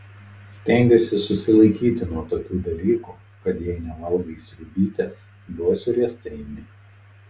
stengiuosi susilaikyti nuo tokių dalykų kad jei nevalgai sriubytės duosiu riestainį